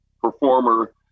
performer